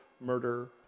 murder